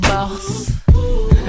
Boss